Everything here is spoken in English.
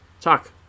Talk